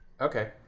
Okay